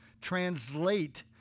Translate